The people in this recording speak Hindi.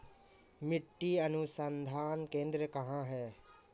मिट्टी अनुसंधान केंद्र कहाँ है?